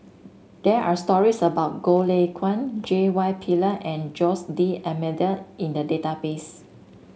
there are stories about Goh Lay Kuan J Y Pillay and Jose D'Almeida in the database